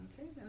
Okay